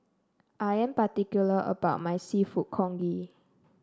I'm particular about my seafood Congee